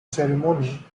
ceremony